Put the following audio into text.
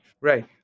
right